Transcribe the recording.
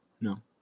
No